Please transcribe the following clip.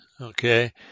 Okay